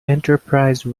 enterprise